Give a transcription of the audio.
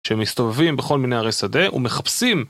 שהם מסתובבים בכל מיני ערי שדה ומחפשים